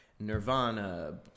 Nirvana